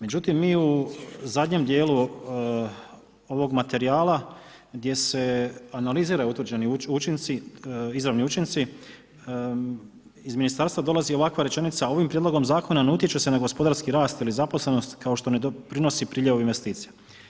Međutim, mi u zadnjem dijelu ovog materija gdje se analiziraju utvrđeni učinci, izrani učinci, iz Ministarstva dolazi ovakva rečenica, ovim prijedlogom Zakona ne utječe se na gospodarski rast ili zaposlenost, kao što ne doprinosi priljevu investicija.